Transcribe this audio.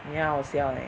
你很好笑 leh